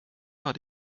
war